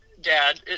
dad